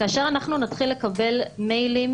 כאשר אנחנו נתחיל לקבל מיילים